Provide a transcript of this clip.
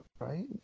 Right